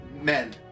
men